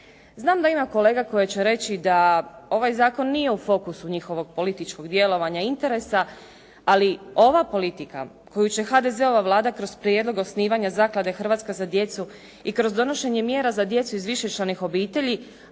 Znam da ima kolega koje će reći da ovaj zakon nije u fokusu njihovog političkog djelovanja i interesa, ali ova politika koju će HDZ-ova Vlada kroz prijedlog osnivanja zaklade "Hrvatska za djecu" i kroz donošenje mjera za djecu iz višečlanih obitelji,